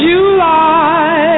July